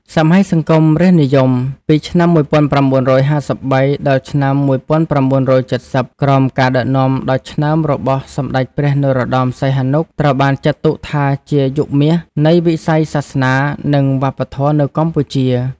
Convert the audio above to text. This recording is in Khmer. សម័យសង្គមរាស្ត្រនិយម ពី ឆ្នាំ១៩៥៣ ដល់ឆ្នាំ ១៩៧០ ក្រោមការដឹកនាំដ៏ឆ្នើមរបស់ សម្ដេចព្រះនរោត្តម សីហនុ ត្រូវបានចាត់ទុកថាជា យុគមាស នៃវិស័យសាសនា និងវប្បធម៌នៅកម្ពុជា។